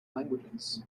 languages